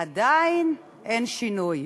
עדיין אין שינוי.